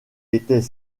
était